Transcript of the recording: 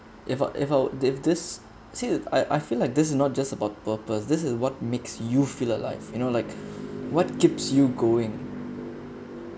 if if our if this see I I feel like this is not just about purpose this is what makes you feel alive you know like what keeps you going